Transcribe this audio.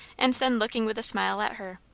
and then looking with a smile at her.